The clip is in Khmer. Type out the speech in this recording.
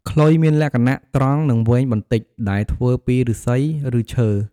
ខ្លុយ មានលក្ខណៈត្រង់និងវែងបន្តិច ដែលធ្វើពីឫស្សី ឬឈើ។